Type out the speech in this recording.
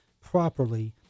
properly